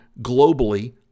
globally